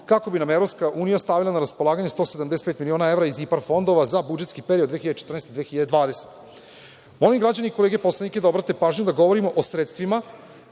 kako bi nam EU stavila na raspolaganje 175 miliona evra iz IPARD fondova za budžetski period 2014-2020. godina. Molim građane i kolege poslanike da obrate pažnju da govorim o sredstvima